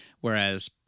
whereas